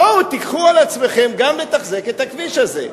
בואו תיקחו על עצמכם גם לתחזק את הכביש הזה.